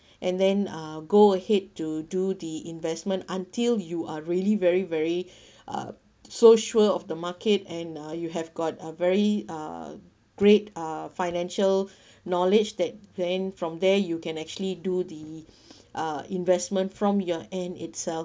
and then uh go ahead to do the investment until you are really very very uh so sure of the market and uh you have got a very uh great uh financial knowledge that then from there you can actually do the uh investment from your end itself